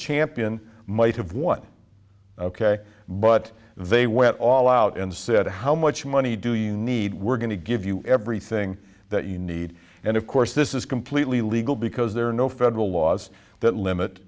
champion might have won ok but they went all out and said how much money do you need we're going to give you everything that you need and of course this is completely legal because there are no federal laws that limit